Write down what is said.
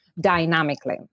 dynamically